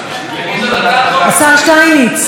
השר שטייניץ.